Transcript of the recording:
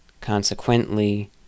consequently